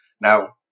Now